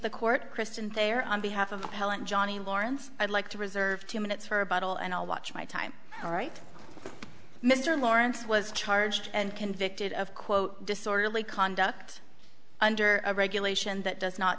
the court christian thayer on behalf of helen johnnie lawrence i'd like to reserve two minutes for a bottle and i'll watch my time all right mr lawrence was charged and convicted of quote disorderly conduct under a regulation that does not